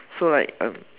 so like uh